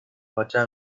fachada